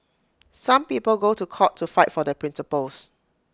some people go to court to fight for their principles